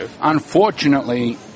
unfortunately